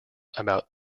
about